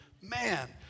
Man